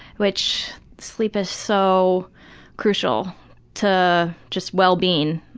which sleep is so crucial to just well-being,